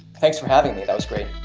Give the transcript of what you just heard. thanks for having me. that was great.